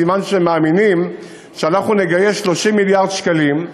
זה סימן שהם מאמינים שאנחנו נגייס 30 מיליארד שקלים,